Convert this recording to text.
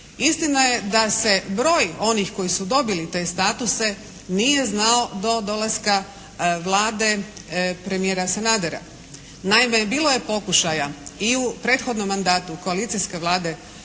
Istina je da se broj onih koji su dobili te statuse nije znao do dolaska Vlade premijera Sanadera. Naime, bilo je pokušaja i u prethodnom mandatu koalicijske Vlade